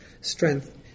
strength